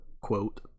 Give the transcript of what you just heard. quote